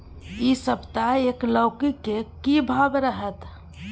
इ सप्ताह एक लौकी के की भाव रहत?